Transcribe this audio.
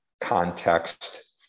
context